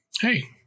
hey